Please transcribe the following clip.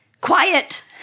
Quiet